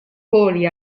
poli